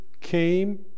came